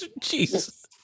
Jesus